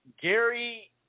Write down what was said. Gary